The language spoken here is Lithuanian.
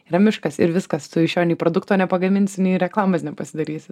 yra miškas ir viskas tu iš jo nei produkto nepagaminsi nei reklamos nepasidarysi